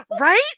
Right